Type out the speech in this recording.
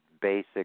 basic